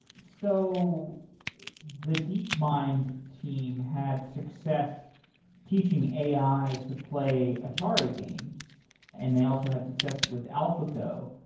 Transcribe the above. so the deepmind team had success teaching ai to play atari games and they also had success with alphago.